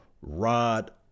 Rod